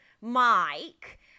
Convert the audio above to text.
mike